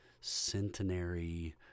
centenary